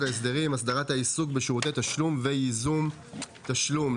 הסדרת העיסוק בשירותי תשלום וייזום תשלום.